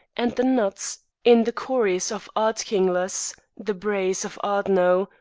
and the nuts, in the corries of ardkinglas, the braes of ardno,